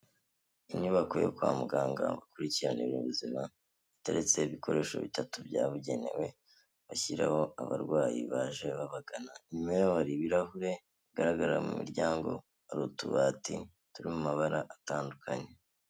Inyubako yo kwa muganga bakurikirana ubuzima, hateretse ibikoresho bitatu byabugenewe, bashyiraho abarwayi baje babagana. Inyuma yaho hari ibirahure, bigaragara mu miryango, hari utubati turi mu mabara atandukanye.